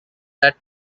that